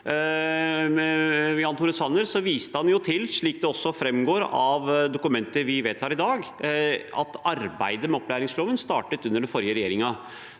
han til – slik det også framgår av dokumentet vi vedtar i dag – at arbeidet med opplæringsloven startet under den forrige regjeringen.